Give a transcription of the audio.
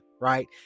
right